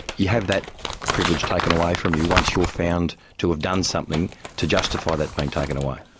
you have that privilege taken away from you once you're found to have done something to justify that being taken away.